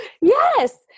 yes